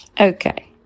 Okay